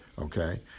Okay